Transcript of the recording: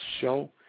show